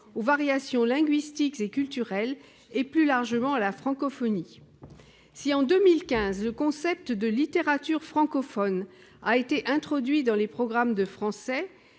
aux variations linguistiques et culturelles, et plus largement à la francophonie ». Si, en 2015, le concept de « littératures francophones » a été introduit dans les programmes de français,